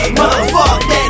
motherfucker